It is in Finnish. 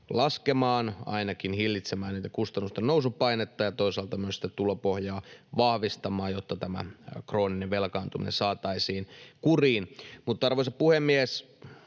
laskemaan, ainakin hillitsemään kustannusten nousupainetta, ja toisaalta myös tulopohjaa vahvistamaan, jotta tämä krooninen velkaantuminen saataisiin kuriin. Arvoisa puhemies!